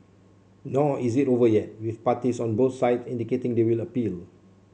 nor is it over yet with parties on both sides indicating they will appeal